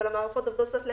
אבל המערכות עובדות קצת לאט.